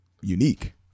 unique